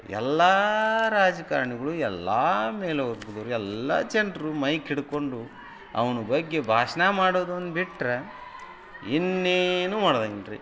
ಎಲ್ಲ ರಾಜಕಾರ್ಣಿಗಳು ಎಲ್ಲ ಮೇಲ್ವರ್ಗದವ್ರು ಎಲ್ಲ ಜನರು ಮೈಕ್ ಹಿಡ್ಕೊಂಡು ಅವ್ನ ಬಗ್ಗೆ ಭಾಷ್ಣ ಮಾಡೋದೊಂದು ಬಿಟ್ಟರೆ ಇನ್ನೇನೂ ಮಾಡಿದಂಗಿಲ್ರಿ